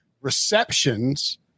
receptions